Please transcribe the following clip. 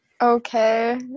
Okay